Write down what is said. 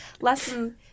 lesson